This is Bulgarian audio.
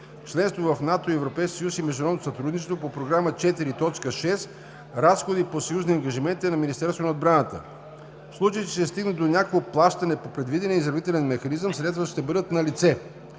съюз и международно сътрудничество“ по Програма 4.6 „Разходи по съюзни ангажименти“ на Министерството на отбраната. В случай че се стигне до някакво плащане по предвидения изравнителен механизъм, средствата ще бъдат налице.